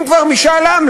אם כבר משאל עם,